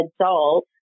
adult